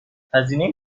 هزینه